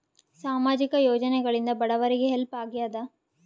ಸಾಮಾಜಿಕ ಯೋಜನೆಗಳಿಂದ ಬಡವರಿಗೆ ಹೆಲ್ಪ್ ಆಗ್ಯಾದ?